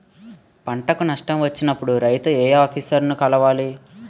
పంటకు నష్టం వచ్చినప్పుడు రైతు ఏ ఆఫీసర్ ని కలవాలి?